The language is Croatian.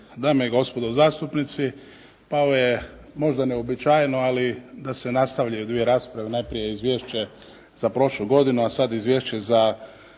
dame i gospodo zastupnici. Pa ovo je možda neuobičajeno, ali da se nastavljaju dvije rasprave. Najprije izvješće za prošlu godinu, a sada izvješće za